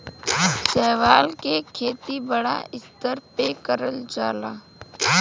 शैवाल के खेती बड़ा स्तर पे करल जाला